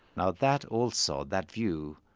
now that also, that view,